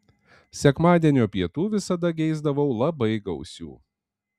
sekmadienio pietų visada geisdavau labai gausių